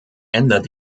ändert